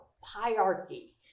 hierarchy